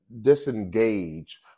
disengage